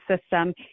system